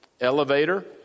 elevator